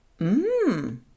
Mmm